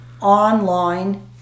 online